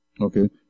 Okay